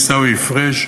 עיסאווי פריג',